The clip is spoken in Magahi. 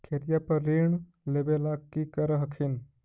खेतिया पर ऋण लेबे ला की कर हखिन?